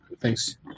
Thanks